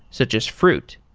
such as fruit.